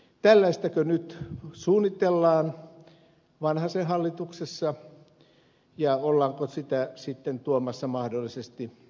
tällaistako nyt suunnitellaan vanhasen hallituksessa ja ollaanko sitä sitten tuomassa mahdollisesti myöhemmin